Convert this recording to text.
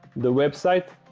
the website.